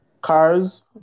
Cars